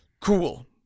Cool